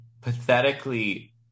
pathetically